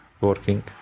working